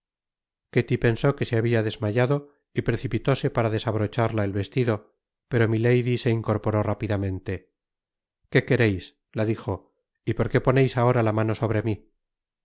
sillon ketty pensó que se habia desmayado y precipitóse para desabrocharla el vestido pero milady se incorporó rápidamente que quereis la dijo y por qué poneis ahora la mano sobre mi